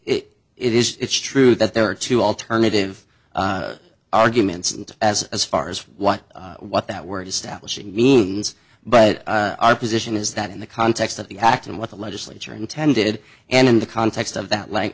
it it is it's true that there are two alternative arguments and as as far as what what that word establishing means but our position is that in the context of the act and what the legislature intended and in the context of that like